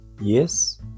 Yes